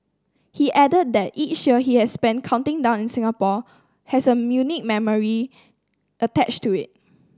he added that each year he has spent counting down in Singapore has a unique memory attached to it